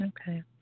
Okay